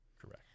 Correct